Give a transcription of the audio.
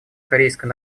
корейской